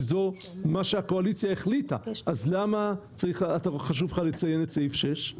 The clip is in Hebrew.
זה מה שהקואליציה החליטה אז למה חשוב לך לציין את סעיף 6?